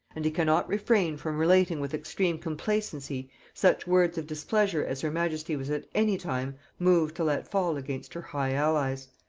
and he cannot refrain from relating with extreme complacency such words of displeasure as her majesty was at any time moved to let fall against her high allies.